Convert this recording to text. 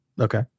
Okay